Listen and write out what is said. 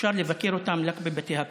אפשר לבקר אותם רק בבתי הקברות.